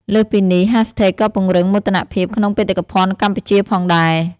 លើសពីនេះ ហាស់ថេកក៏ពង្រឹងមោទនភាពក្នុងបេតិកភណ្ឌកម្ពុជាផងដែរ។